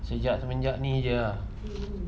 sejak semenjak ni jer lah